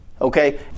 Okay